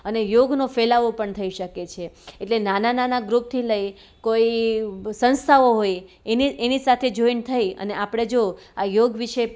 અને યોગનો ફેલાવો પણ થઈ શકે છે એટલે નાના નાના ગ્રુપથી લઈ કોઈ સંસ્થાઓ હોય એની એની સાથે જોઇન્ટ થઈ અને આપણે જો આ યોગ વિશે